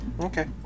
Okay